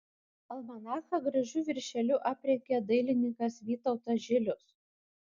almanachą gražiu viršeliu aprengė dailininkas vytautas žilius